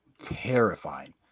Terrifying